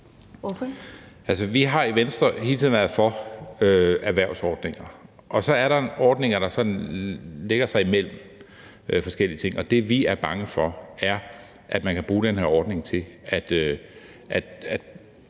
vi har i Venstre hele tiden været for erhvervsordninger, og så er der ordninger, der sådan lægger sig imellem forskellige ting, og det, vi er bange for, er, at man kan bruge den her ordning til at